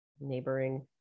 Neighboring